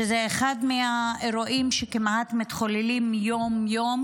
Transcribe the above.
שזה אחד מהאירועים שמתחוללים כמעט יום-יום